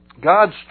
God's